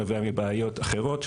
נובע מבעיות אחרות,